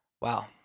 Wow